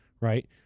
right